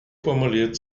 formuliert